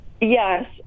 Yes